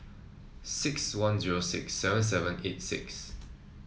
six one zero six seven seven eight six